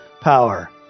power